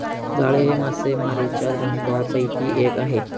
जाळे हे मासेमारीच्या भांडयापैकी एक आहे